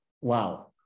wow